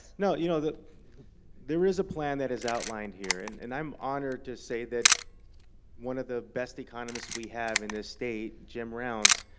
know, you know there is a plan that is outlined here. and and i'm honored to say that one of the best economists we have in this state, jim rounds,